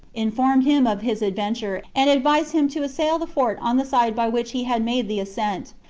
informed him of his adventure, and advised him to assail the fort on the side by which he had made the ascent,